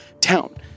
town